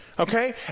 Okay